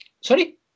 Sorry